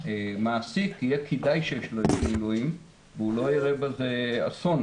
שלמעסיק יהיה כדאי שיש לו אנשי מילואים והוא לא יראה בזה אסון,